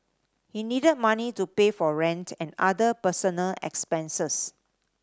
he needed money to pay for rent and other personal expenses